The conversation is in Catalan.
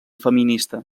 feminista